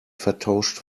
vertauscht